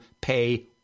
pay